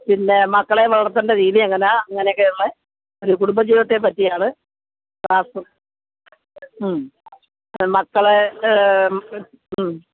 പിന്നെ മക്കളെ വളര്ത്തണ്ട രീതി എങ്ങനെയാണ് അങ്ങനെ ഒക്കെയുള്ള ഒരു കുടുംബ ജീവിതത്തെപ്പറ്റിയാണ് ക്ലാസും മ്മ് മക്കളെ മ്മ്